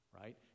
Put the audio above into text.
right